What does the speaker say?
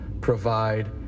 provide